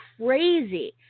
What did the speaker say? crazy